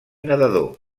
nedador